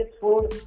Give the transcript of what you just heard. food